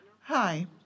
Hi